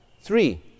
Three